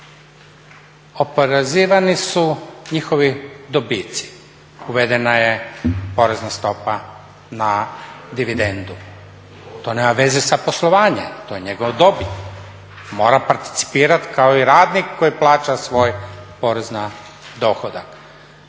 Oporezivani su njihovi dobici, uvedena je porezna stopa na dividendu. To nema veze sa poslovanjem, to je njegova dobit. Mora participirati kao i radnik koji plaća svoj porez na dohodak.